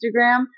Instagram